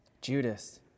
Judas